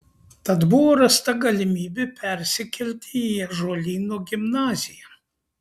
tad buvo rasta galimybė persikelti į ąžuolyno gimnaziją